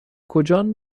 کجان